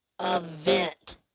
event